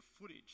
footage